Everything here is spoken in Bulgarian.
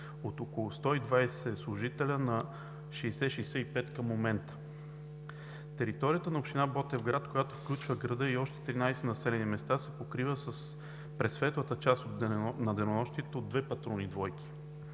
от около 120 служителя на 60 – 65 към момента. Територията на община Ботевград, която включва града и още 13 населени места, се покрива през светлата част на денонощието от две патрулни двойки,